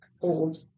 Old